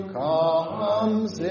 comes